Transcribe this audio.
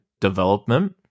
development